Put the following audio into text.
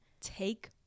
take